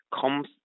comes